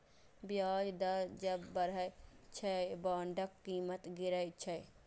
ब्याज दर जब बढ़ै छै, बांडक कीमत गिरै छै